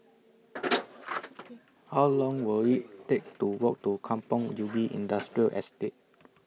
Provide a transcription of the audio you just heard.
How Long Will IT Take to Walk to Kampong Ubi Industrial Estate